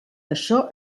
això